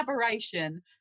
collaboration